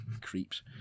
creeps